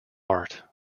art